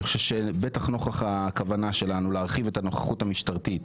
בטח נוכח הכוונה שלנו להרחיב את הנוכחות המשטרתית,